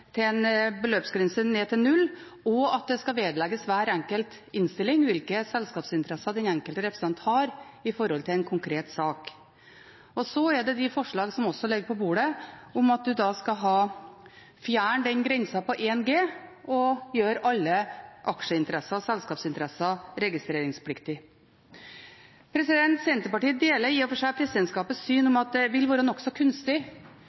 vedlegges hver enkelt innstilling hvilke selskapsinteresser den enkelte representant har i forhold til en konkret sak. Så er det også forslag som ligger på bordet, om å fjerne grensen på 1 G og gjøre alle aksjeinteresser og selskapsinteresser registreringspliktige. Senterpartiet deler i og for seg presidentskapets syn om at det vil være nokså kunstig